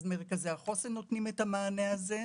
אז מרכזי החוסן נותנים את המענה הזה.